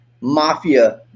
mafia